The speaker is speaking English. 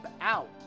out